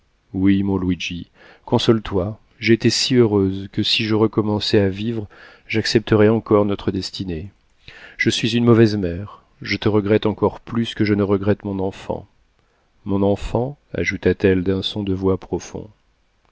oui mon luigi console-toi j'ai été si heureuse que si je recommençais à vivre j'accepterais encore notre destinée je suis une mauvaise mère je te regrette encore plus que je ne regrette mon enfant mon enfant ajouta-t-elle d'un son de voix profond